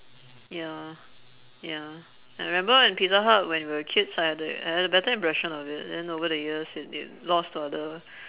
ya ya I remember when pizza hut when we were kids I had a I had a better impression of it then over the years it it lost to other